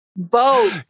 Vote